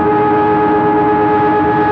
ah